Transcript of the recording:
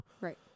Right